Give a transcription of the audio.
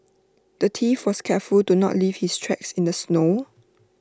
the thief was careful to not leave his tracks in the snow